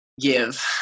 Give